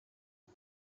ubu